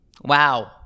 Wow